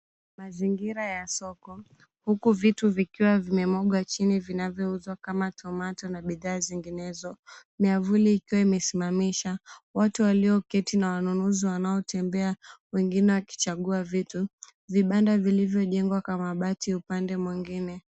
Mazingira ya soko, huku vitu vikiwa vimemwagwa chini vinavyo uzwa kama tomato na bidhaa zinginezo. Miavuli ikiwa imesimamisha. Watu walioketi na wanunuzi wanao tembea, wengine wakichagua vitu. Vibanda vilivyo jengwa kwa mabati upande mwingine.